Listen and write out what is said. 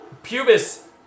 Pubis